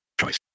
choice